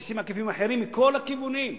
מסים עקיפים אחרים מכל הכיוונים.